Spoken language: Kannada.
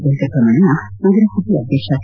ವೆಂಕಟರಮಣಯ್ನ ನಗರಸಭೆ ಅಧ್ಯಕ್ಷ ಟ